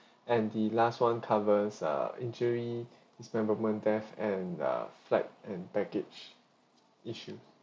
and the last one covers err injury dismemberment death and uh flight and package issue